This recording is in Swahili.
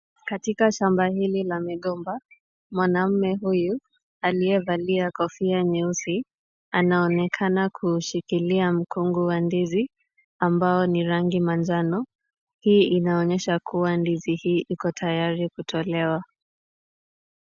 Katika shamba hili la migomba, mwanamume huyu aliyevalia kofia nyeusi, anaonekana kuushikilia mkungu wa ndizi ambao ni rangi manjano. Hii inaonyesha kuwa ndizi hii iko tayari kutolewa.